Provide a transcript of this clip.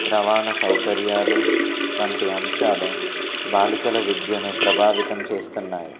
రవాణా సౌకర్యాలు వంటి అంశాలు బాలికల విద్యను ప్రభావితం చేస్తున్నాయి